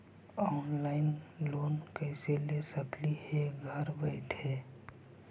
Online loan कैसे ले सकली हे घर बैठे?